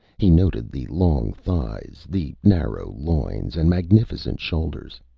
he noted the long thighs, the narrow loins and magnificent shoulders,